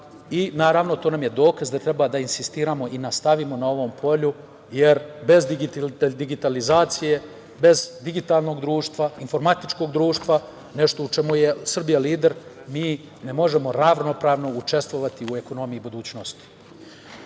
i naravno to nam je dokaz da treba da insistiramo i nastavimo na ovom polju jer bez digitalizacije, bez digitalnog društva, informatičkog društva, nešto u čemu Srbija lider, mi možemo ravnopravno učestvovati u ekonomiji budućnosti. Želim